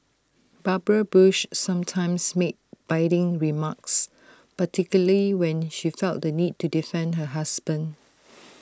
Barbara bush sometimes made biting remarks particularly when she felt the need to defend her husband